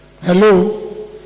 Hello